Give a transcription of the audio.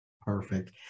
perfect